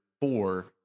four